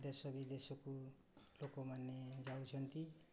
ଦେଶ ବିଦେଶକୁ ଲୋକମାନେ ଯାଉଛନ୍ତି